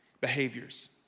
behaviors